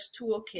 Toolkit